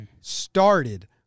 started